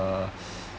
a